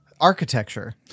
architecture